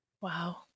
Wow